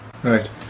Right